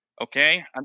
Okay